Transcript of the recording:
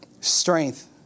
Strength